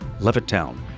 Levittown